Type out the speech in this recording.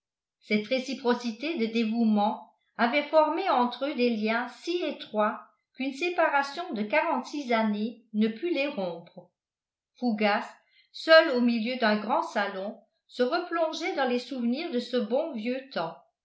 cette réciprocité de dévouement avait formé entre eux des liens si étroits qu'une séparation de quarante-six années ne put les rompre fougas seul au milieu d'un grand salon se replongeait dans les souvenirs de ce bon vieux temps